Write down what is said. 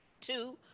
Two